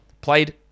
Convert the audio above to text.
played